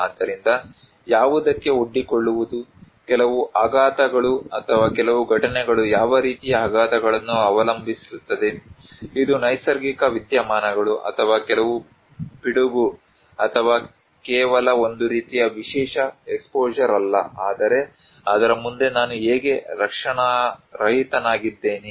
ಆದ್ದರಿಂದ ಯಾವುದಕ್ಕೆ ಒಡ್ಡಿಕೊಳ್ಳುವುದು ಕೆಲವು ಆಘಾತಗಳು ಅಥವಾ ಕೆಲವು ಘಟನೆಗಳು ಯಾವ ರೀತಿಯ ಆಘಾತಗಳನ್ನು ಅವಲಂಬಿಸಿರುತ್ತದೆ ಇದು ನೈಸರ್ಗಿಕ ವಿದ್ಯಮಾನಗಳು ಅಥವಾ ಕೆಲವು ಪಿಡುಗು ಅಥವಾ ಕೇವಲ ಒಂದು ರೀತಿಯ ವಿಶೇಷ ಎಕ್ಸ್ಪೋಷರ್ ಅಲ್ಲ ಆದರೆ ಅದರ ಮುಂದೆ ನಾನು ಹೇಗೆ ರಕ್ಷಣಾರಹಿತನಾಗಿದ್ದೇನೆ